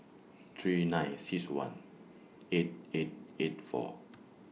three nine six one eight eight eight four